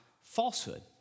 falsehood